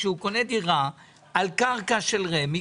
כשהוא קונה דירה על קרקע של רמ"י,